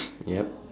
ya